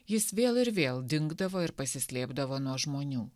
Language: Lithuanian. jis vėl ir vėl dingdavo ir pasislėpdavo nuo žmonių